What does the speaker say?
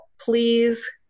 please